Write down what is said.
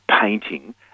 painting